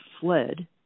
fled